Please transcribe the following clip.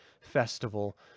festival